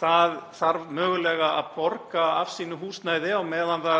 það þarf mögulega að borga af sínu húsnæði heima